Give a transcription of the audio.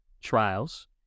trials